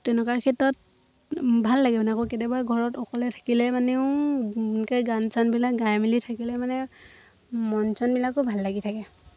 তেনেকুৱা ক্ষেত্ৰত ভাল লাগে মানে আকৌ কেতিয়াবা ঘৰত অকলে থাকিলে মানেও এনেকৈ গান চানবিলাক গাই মেলি থাকিলে মানে মন চনবিলাকো ভাল লাগি থাকে